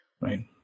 right